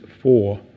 four